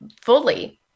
fully